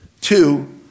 Two